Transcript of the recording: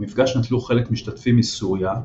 במפגש נטלו חלק משתתפים מסוריה,